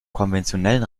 konventionellen